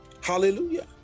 Hallelujah